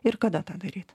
ir kada tą daryti